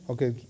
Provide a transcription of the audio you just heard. Okay